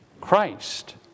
Christ